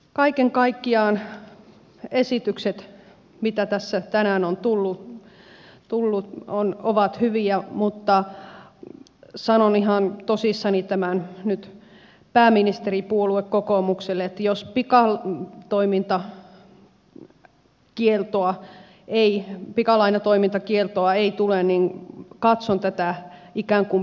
kaiken kaikkiaan esitykset mitä tässä tänään on tullut ovat hyviä mutta sanon ihan tosissani tämän nyt pääministeripuolue kokoomukselle että jos pikalainatoimintakieltoa ei tule niin katson tämän ikään kuin politikoinniksi